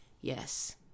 Yes